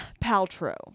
Paltrow